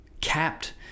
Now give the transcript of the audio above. capped